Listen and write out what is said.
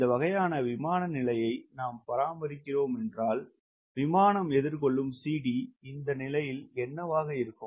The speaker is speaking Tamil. இந்த வகையான விமான நிலையை நாம் பராமரிக்கிறோம் என்றால் விமானம் எதிர்கொள்ளும் CD இந்த நிலையில் என்னவாக இருக்கும்